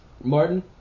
Martin